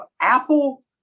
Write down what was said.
apple